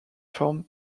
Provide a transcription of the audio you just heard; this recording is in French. forme